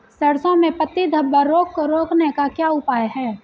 सरसों में पत्ती धब्बा रोग को रोकने का क्या उपाय है?